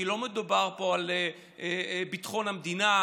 כי לא מדובר פה על ביטחון המדינה,